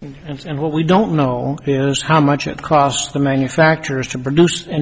and what we don't know is how much it costs the manufacturers to produce and